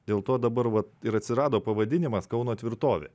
dėl to dabar va ir atsirado pavadinimas kauno tvirtovė